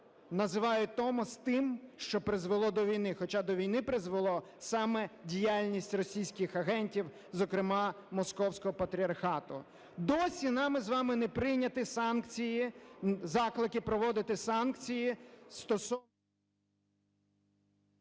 називають Томос тим, що призвело до війни. Хоча до війни призвело саме діяльність російських агентів, зокрема Московського патріархату. Досі нами з вами не прийняті санкції, заклики проводити санкції стосовно…